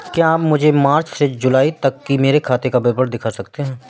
क्या आप मुझे मार्च से जूलाई तक की मेरे खाता का विवरण दिखा सकते हैं?